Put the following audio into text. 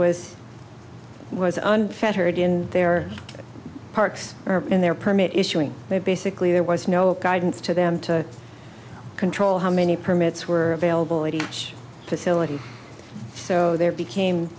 was was unfettered in their parks or in their permit issuing they basically there was no guidance to them to control how many permits were available at each facility so there became